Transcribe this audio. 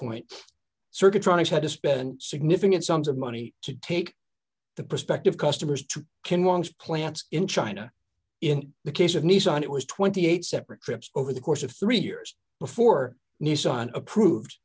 point circuit tronics had to spend significant sums of money to take the prospective customers to can launch plants in china in the case of nissan it was twenty eight dollars separate trips over the course of three years before nissan approved